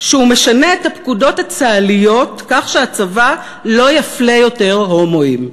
שהוא משנה את הפקודות הצה"ליות כך שהצבא לא יפלה יותר הומואים.